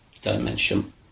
dimension